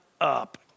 up